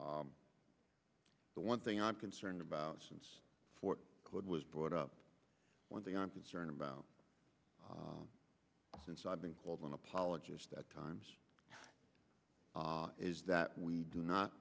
in the one thing i'm concerned about since fort hood was brought up one thing i'm concerned about since i've been called an apologist at times is that we do not